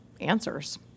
answers